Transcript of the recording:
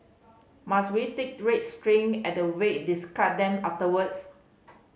must we take red string at the wake discard them afterwards